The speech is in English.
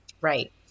Right